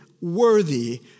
worthy